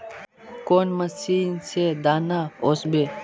कौन मशीन से दाना ओसबे?